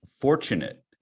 fortunate